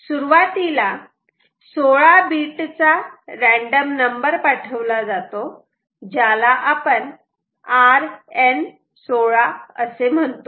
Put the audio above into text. सुरवातीला 16 बीट चा random number पाठवला जातो ज्याला आपण RN16 असे म्हणतो